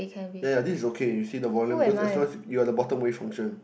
ya ya this is okay you see the volume because as long as you are the bottom wave function